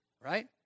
right